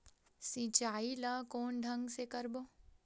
सिंचाई ल कोन ढंग से करबो?